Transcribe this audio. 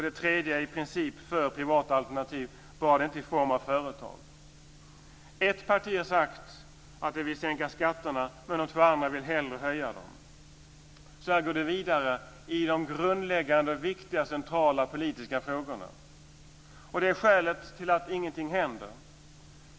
Det tredje är i princip för privata alternativ bara det inte är i form av företag. · Ett parti har sagt att det vill sänka skatterna, men de två andra vill hellre höja dem. Så här går det vidare i de grundläggande centrala frågorna. Det är skälet till att ingenting händer.